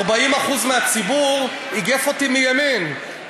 40% מהציבור איגף אותי מימין,